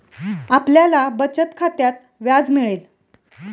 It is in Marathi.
आपल्याला बचत खात्यात व्याज मिळेल